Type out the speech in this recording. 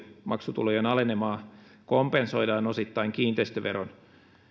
maksutulojen alenemaa kompensoidaan osittain kiinteistöveron